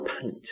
paint